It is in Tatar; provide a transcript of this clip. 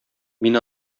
мин